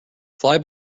fly